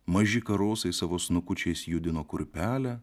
maži karosai savo snukučiais judino kurpelę